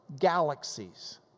galaxies